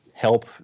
Help